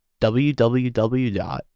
www